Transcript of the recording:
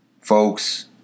Folks